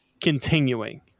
continuing